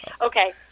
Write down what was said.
Okay